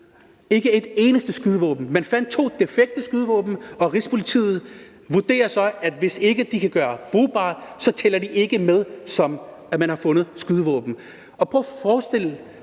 fundet et eneste skydevåben. Man har fundet to defekte skydevåben, og Rigspolitiet vurderer så, at hvis de ikke kan gøres brugbare, tæller de ikke med i opgørelsen over, at man har fundet skydevåben.